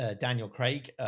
ah daniel craig. ah,